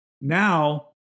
Now